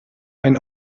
ein